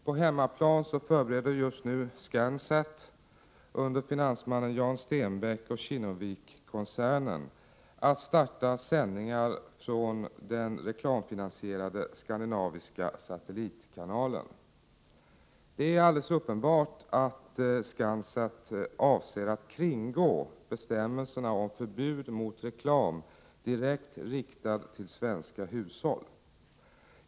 På hemmaplan förbereder just nu Scansat, under finansmannen Jan Stenbeck och Kinnevikkoncernen, att starta sändningarna från den reklamfinansierade skandinaviska satellitkanalen. Det är alldeles uppenbart att Scansat avser att kringgå bestämmelserna om förbud mot reklam riktad direkt till svenska hushåll.